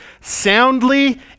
soundly